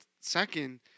second